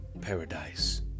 paradise